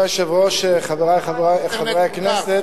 אדוני היושב-ראש, חברי חברי הכנסת,